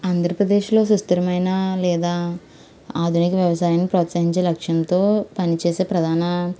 ఆంధ్రప్రదేశ్లో సుస్థిరమైన లేదా ఆధునిక వ్యవసాయాన్ని ప్రోత్సహించే లక్ష్యంతో పనిచేసే ప్రధాన